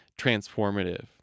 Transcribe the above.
transformative